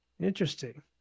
Interesting